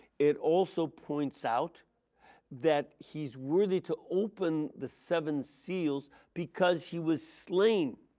it also points out that he is worthy to open the seven seals because he was slain